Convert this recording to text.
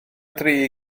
dri